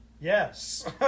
yes